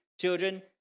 children